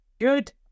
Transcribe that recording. Good